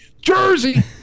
Jersey